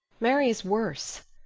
mary is worse.